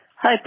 Hi